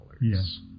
Yes